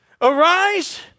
arise